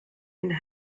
and